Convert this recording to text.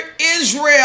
Israel